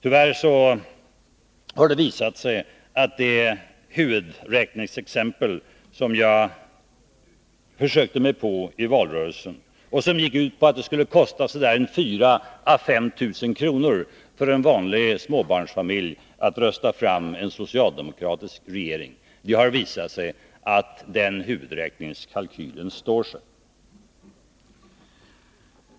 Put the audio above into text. Jag redovisade en huvudräkningskalkyl i valrörelsen som gick ut på att det skulle kosta 4 000 å 5 000 kr. för en vanlig småbarnsfamilj att rösta fram en socialdemokratisk regering. Det har visat sig att den kalkylen står sig.